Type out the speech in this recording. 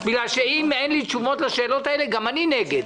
אם אין לי תשובות לשאלות האלה אז גם אני נגד.